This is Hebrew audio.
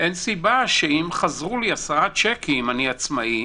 אין סיבה שאם חזרו לי עשרה צ'קים אני עצמאי